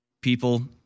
people